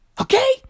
Okay